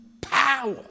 power